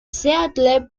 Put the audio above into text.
seattle